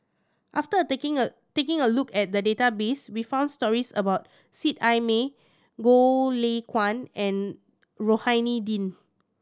after taking a taking a look at the database we found stories about Seet Ai Mee Goh Lay Kuan and Rohani Din